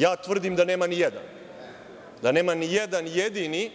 Ja tvrdim da nema ni jedan, da nema ni jedan jedini